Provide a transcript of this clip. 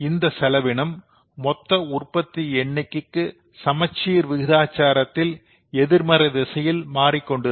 இந்த செலவினம் மொத்த உற்பத்தி எண்ணிக்கைக்கு சமசீர் விகிதாச்சாரத்தில் எதிர் மறை திசையில் மாறிக்கொண்டிருக்கும்